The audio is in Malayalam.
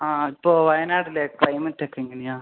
ആ ഇപ്പോൾ വയനാട്ടിലെ ക്ലൈമറ്റൊക്കെ എങ്ങനെയാണ്